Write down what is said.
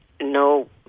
No